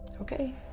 Okay